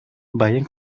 vayan